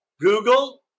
Google